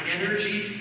energy